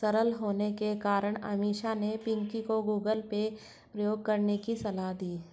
सरल होने के कारण अमीषा ने पिंकी को गूगल पे प्रयोग करने की सलाह दी